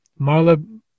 Marla